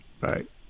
Right